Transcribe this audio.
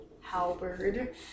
halberd